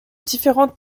différentes